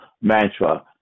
mantra